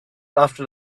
after